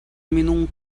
minung